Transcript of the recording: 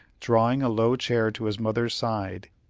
drawing a low chair to his mother's side,